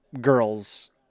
girls